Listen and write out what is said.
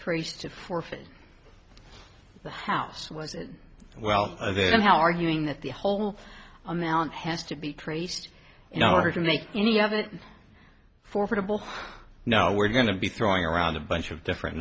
traced to forfeit the house was well then how arguing that the whole amount has to be traced no need to make any of it for football now we're going to be throwing around a bunch of different